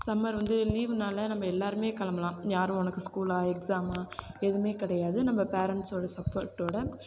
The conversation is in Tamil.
சம்மர் வந்து லீவுனால் நம்ம எல்லோருமே கிளம்பலாம் யாரும் உனக்கு ஸ்கூலா எக்ஸாமா எதுவுமே கிடையாது நம்ம பேரன்ட்ஸோடய சப்போர்ட்டோடு